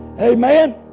Amen